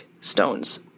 stones